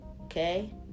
Okay